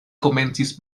komencis